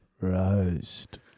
Roast